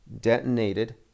detonated